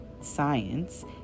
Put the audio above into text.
science